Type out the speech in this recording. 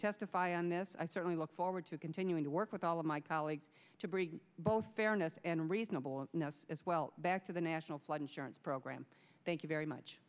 testify on this i certainly look forward to continuing to work with all of my colleagues to bring both fairness and reasonable as well back to the national flood insurance program thank you very much